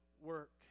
work